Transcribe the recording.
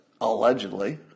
allegedly